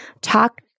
talk